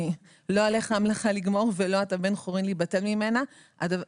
״לא עליך המלאכה לגמור ולא אתה בן חורין להיבטל ממנה.״ הדבר